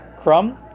Crumb